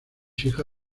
hija